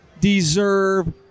deserve